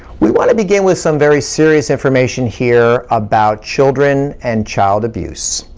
we want to begin with some very serious information here about children and child abuse.